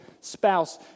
spouse